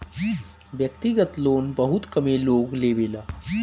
व्यक्तिगत लोन बहुत कमे लोग लेवेला